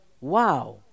Wow